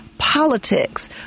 Politics